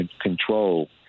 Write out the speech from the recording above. control